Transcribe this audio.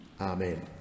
Amen